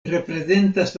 reprezentas